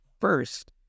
first